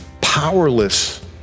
powerless